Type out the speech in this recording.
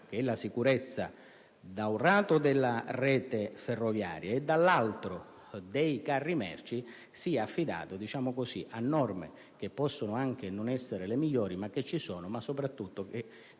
che la sicurezza, da un lato, della rete ferroviaria e, dall'altro, dei carri merci, sia affidata a norme che possono anche non essere le migliori, ma che esistono e che, soprattutto -